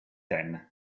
ten